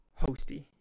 hosty